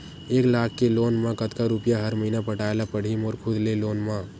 एक लाख के लोन मा कतका रुपिया हर महीना पटाय ला पढ़ही मोर खुद ले लोन मा?